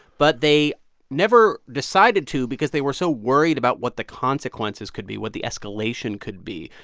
but they never decided to because they were so worried about what the consequences could be, what the escalation could be.